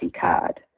card